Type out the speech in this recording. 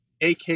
ak